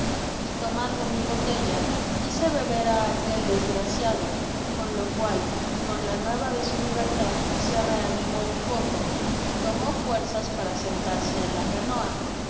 y tomando mi botella hice beber á aquel desgraciado con lo cual y con la nueva de su libertad se reanimó un poco y tomó fuerzas para sentarse en la canoa